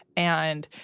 and,